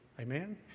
amen